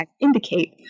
indicate